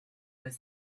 was